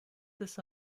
this